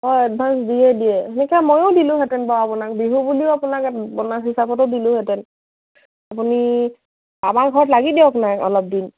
অঁ এডভান্স দিয়ে দিয়ে যেতিয়া ময়ো দিলোহেঁতেন বাৰু আপোনাক বিহু বুলিও আপোনাক বোনাছ হিচাপতো দিলোঁহেঁতেন আপুনি আমাৰ ঘৰত লাগি দিয়কনা অলপ দিন